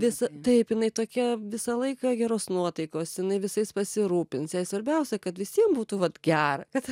visa taip jinai tokia visą laiką geros nuotaikos jinai visais pasirūpins jai svarbiausia kad visiem būtų vat gera kad